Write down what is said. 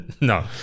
No